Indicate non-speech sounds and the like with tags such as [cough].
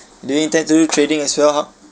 [breath] do you intend to trading as well !huh!